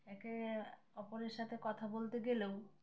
একে অপরের সাথে কথা বলতে গেলেও